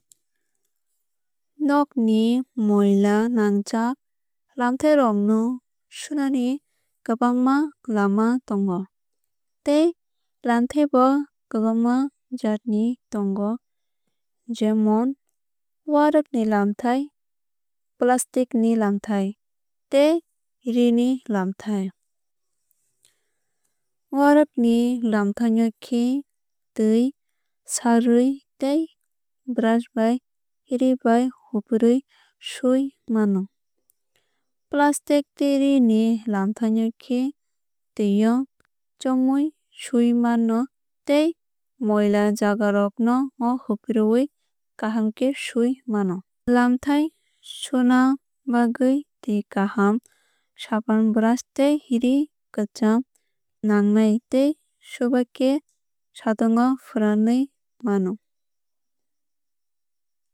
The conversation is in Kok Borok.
Nogni moila nangjak lamthai rok no sunani kwbangma lama tongo. Tei lamthai bo kwbangma jaat ni tongo jemon owaruk ni lamthai plastic ni lamthai tei ree ni lamtha. Owaruk ni lamthai no khe tui sarwui tei brush ba ree bai hupre o sui mano. Plastic tei ree ni lamthai no khe tui o chamui sui mano tei moila jaga rok no hupre ui kaham khe sui mano. Lamthai suna bagwui tui kaham sapan brush tei ree kwcham nangnai tei suibaikhe satung o fwranwui mano.